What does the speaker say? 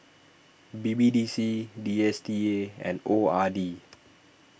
B B D C D S T A and O R D